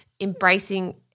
embracing